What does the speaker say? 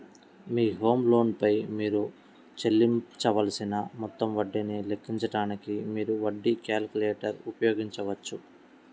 మీ home loan పై మీరు చెల్లించవలసిన మొత్తం వడ్డీని లెక్కించడానికి, మీరు వడ్డీ క్యాలిక్యులేటర్ ఉపయోగించవచ్చు